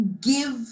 give